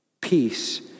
Peace